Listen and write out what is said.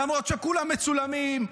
למרות שכולם מצולמים,